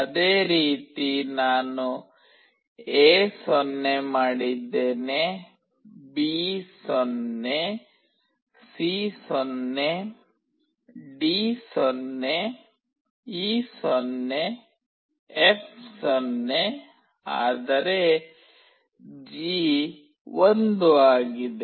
ಅದೇ ರೀತಿ ನಾನು ಎ 0 ಮಾಡಿದ್ದೇನೆ B 0 C 0 D 0 E 0 F 0 ಆದರೆ ಜಿ 1 ಆಗಿದೆ